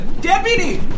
Deputy